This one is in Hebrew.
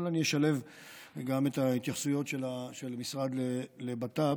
אבל אני אשלב גם את ההתייחסויות של המשרד לבט"פ